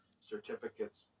certificates